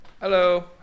Hello